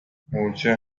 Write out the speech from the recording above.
مورچه